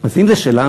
אז אם זה שלנו,